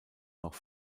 noch